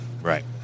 right